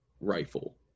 rifle